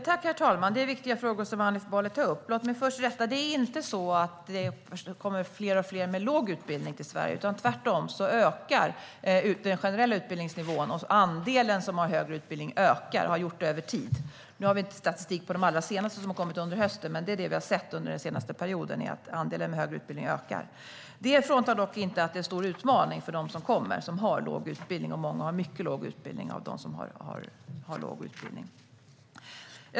Herr talman! Det är viktiga frågor Hanif Bali tar upp. Låt mig först göra en rättelse. Det är inte så att det kommer allt fler med låg utbildning till Sverige. Tvärtom ökar den generella utbildningsnivån. Andelen som har högre utbildning ökar och har gjort det över tid. Vi har inte statistik över dem som kommit under hösten, men under den senaste perioden har vi sett att andelen med högre utbildning ökat. Det betyder inte att det inte är en stor utmaning för dem som kommer och har låg utbildning. Många av dem med låg utbildning har dessutom mycket låg utbildning.